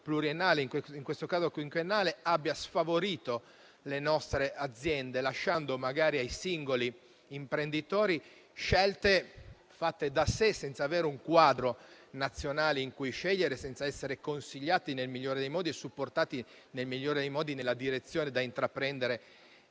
pluriennale, in questo caso quinquennale, abbia sfavorito le nostre aziende, lasciando magari ai singoli imprenditori scelte fatte da sé, senza avere un quadro nazionale in cui scegliere e senza essere consigliati e supportati nel migliore dei modi nella direzione da intraprendere